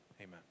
amen